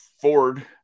Ford